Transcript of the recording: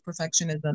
perfectionism